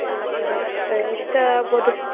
ಹಾಂ ಸರ್ ಎಷ್ಟು ಎಷ್ಟು ಆಗ್ಬೋದು ಸರ್